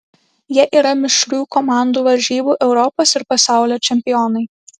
jie yra mišrių komandų varžybų europos ir pasaulio čempionai